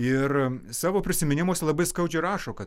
ir savo prisiminimuose labai skaudžiai rašo kad